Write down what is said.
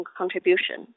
contribution